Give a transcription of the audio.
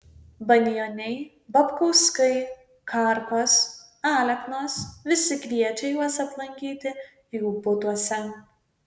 banioniai babkauskai karkos aleknos visi kviečia juos aplankyti jų butuose